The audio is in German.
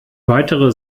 weitere